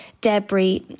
debris